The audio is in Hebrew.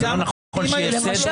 זה לא נכון שיהיה סדר?